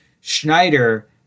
Schneider